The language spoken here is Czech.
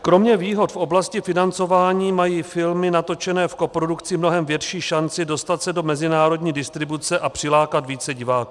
Kromě výhod v oblasti financování mají filmy natočené v koprodukci mnohem větší šanci dostat se do mezinárodní distribuce a přilákat více diváků.